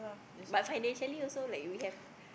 but financially also like we have